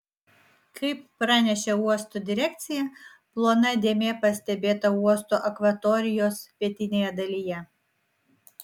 kaip pranešė uosto direkcija plona dėmė pastebėta uosto akvatorijos pietinėje dalyje